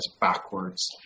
backwards